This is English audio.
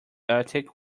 attic